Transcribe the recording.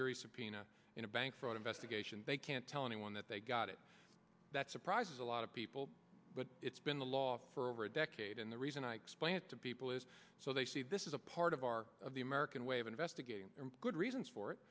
jury subpoena in a bank fraud investigation they can't tell anyone that they got it that surprises a lot of people but it's been the law for over a decade and the reason i explain it to people is so they see this is a part of our of the american way of investigating good reasons for it